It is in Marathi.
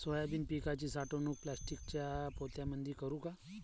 सोयाबीन पिकाची साठवणूक प्लास्टिकच्या पोत्यामंदी करू का?